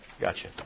Gotcha